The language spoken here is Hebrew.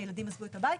הילדים עזבו את הבית,